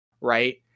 right